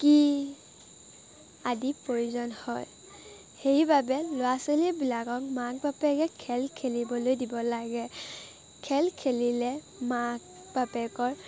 হ'কি আদি প্ৰয়োজন হয় সেইবাবে ল'ৰা ছোৱালীবিলাকক মাক বাপেকে খেল খেলিবলৈ দিব লাগে খেল খেলিলে মাক বাপেকৰ